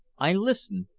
i listened,